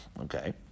Okay